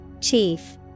Chief